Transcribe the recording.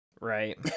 Right